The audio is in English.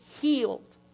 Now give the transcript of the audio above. healed